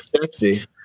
sexy